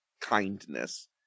kindness